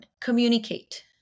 communicate